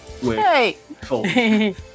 Hey